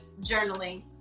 journaling